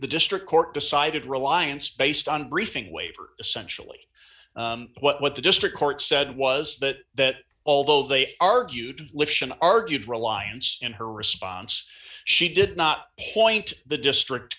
the district court decided reliance based on briefing waiver essentially what the district court said was that although they argued argued reliance in her response she did not point the district